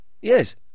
Yes